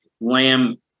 lamb